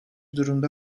durumda